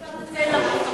אם אפשר לציין לפרוטוקול.